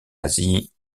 asie